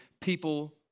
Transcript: people